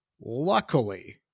Luckily